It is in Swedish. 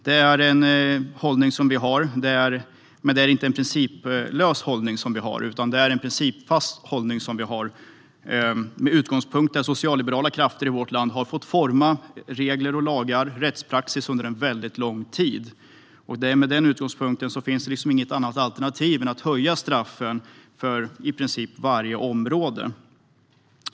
Det är en hållning som vi har, men det är inte någon principlös hållning utan en principfast hållning, där utgångspunkten är att socialliberala krafter i vårt land har fått utforma lagar, regler och rättspraxis under en väldigt lång tid. Med en sådan utgångspunkt finns det liksom inget annat alternativ än att i princip inom varje område skärpa straffen.